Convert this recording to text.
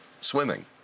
swimming